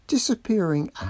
Disappearing